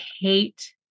hate